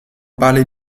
parlez